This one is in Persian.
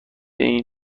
این